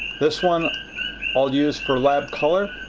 this one i'll use for lab color